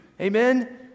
Amen